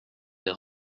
des